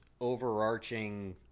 overarching